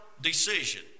decision